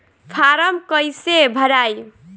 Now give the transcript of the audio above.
Form कईसे भराई?